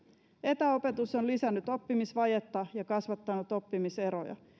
etäopetus on lisännyt oppimisvajetta ja kasvattanut oppimiseroja